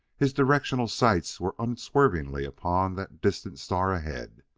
his directional sights were unswervingly upon that distant star ahead.